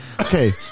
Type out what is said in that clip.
Okay